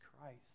Christ